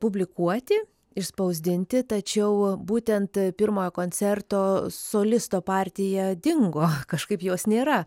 publikuoti išspausdinti tačiau būtent pirmojo koncerto solisto partija dingo kažkaip jos nėra